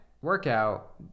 workout